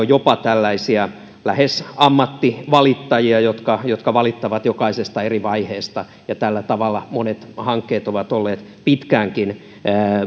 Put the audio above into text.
jopa tällaisia lähes ammattivalittajia jotka jotka valittavat jokaisesta eri vaiheesta ja tällä tavalla monet hankkeet ovat olleet pitkäänkin